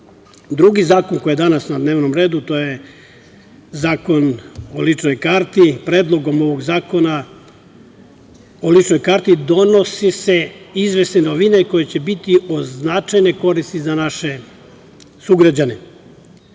zakon koji je danas na dnevnom redu, to je Zakon o ličnoj karti. Predlogom ovog zakona o ličnoj karti donose se izvesne novine koje će biti od značajne koristi za naše sugrađane.